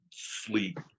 sleep